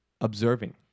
observing